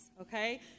okay